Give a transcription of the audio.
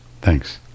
Thanks